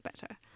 better